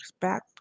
back